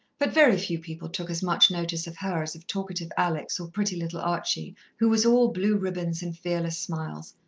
but very few people took as much notice of her as of talkative alex or pretty little archie, who was all blue ribbons and fearless smiles.